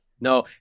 No